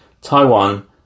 Taiwan